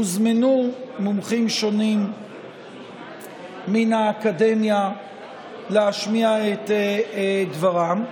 הוזמנו מומחים שונים מן האקדמיה להשמיע את דברם.